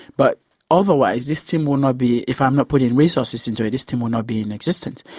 but otherwise this team would not be. if i'm not putting resources into it this team would not be in existence,